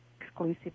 exclusive